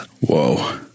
Whoa